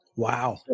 Wow